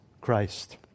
Christ